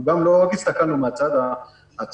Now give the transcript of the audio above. לא הסתכלנו רק מהצד הצר,